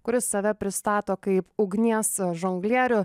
kuris save pristato kaip ugnies žonglierių